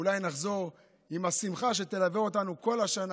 אולי נחזור עם השמחה שתלווה אותנו כל השנה.